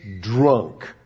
drunk